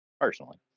Personally